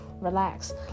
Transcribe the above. relax